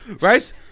Right